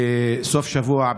בסוף שבוע,